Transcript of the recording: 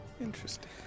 Interesting